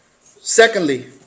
Secondly